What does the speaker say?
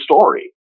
story